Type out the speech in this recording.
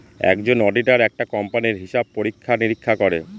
একজন অডিটার একটা কোম্পানির হিসাব পরীক্ষা নিরীক্ষা করে